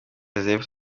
joseph